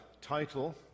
title